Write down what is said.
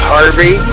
Harvey